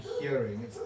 hearing